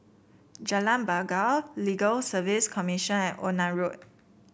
Jalan Bangau Legal Service Commission and Onan Road